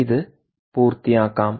ഇത് പൂർത്തിയാക്കാം